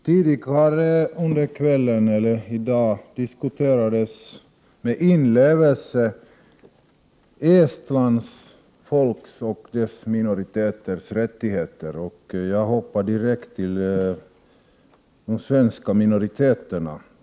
Herr talman! Tidigare i dag diskuterades med inlevelse Estlands folks och dess minoriteters rättigheter. Jag hoppar direkt till de svenska minoriteterna.